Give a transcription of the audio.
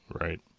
Right